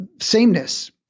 sameness